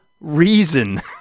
reason